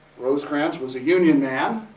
rosecrans was a union man,